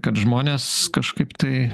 kad žmonės kažkaip tai